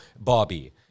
Bobby